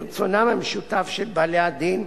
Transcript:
ברצונם המשותף של בעלי הדין,